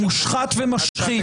מושחת ומשחית.